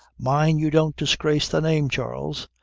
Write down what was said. mind you don't disgrace the name, charles.